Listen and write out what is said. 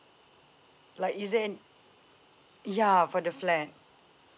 like is there an~ ya for the flat